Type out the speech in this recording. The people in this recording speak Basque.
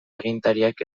agintariek